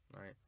right